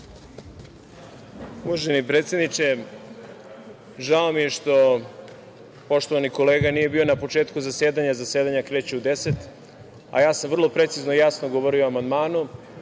Uvaženi predsedniče, žao mi je što poštovani kolega nije bio na početku zasedanja, zasedanje kreće u deset, a ja sam vrlo precizno i jasno govorio amandmanu,